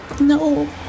no